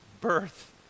birth